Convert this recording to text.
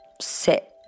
sit